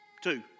two